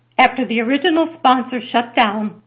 after the original sponsor shut down,